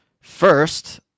First